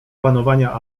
panowania